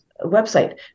website